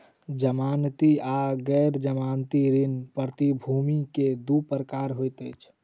जमानती आर गैर जमानती ऋण प्रतिभूति के दू प्रकार होइत अछि